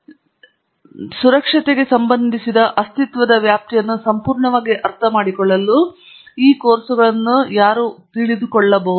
ನೀವು ಖಚಿತವಾಗಿ ಅಂದರೆ ಸುರಕ್ಷತೆಗೆ ಸಂಬಂಧಿಸಿದ ಅಸ್ತಿತ್ವದ ವ್ಯಾಪ್ತಿಯನ್ನು ಸಂಪೂರ್ಣವಾಗಿ ಅರ್ಥಮಾಡಿಕೊಳ್ಳಲು ಆ ಕೋರ್ಸುಗಳನ್ನು ತೆಗೆದುಕೊಳ್ಳಬೇಕು